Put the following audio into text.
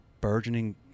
burgeoning